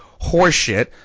horseshit